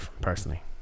personally